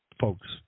folks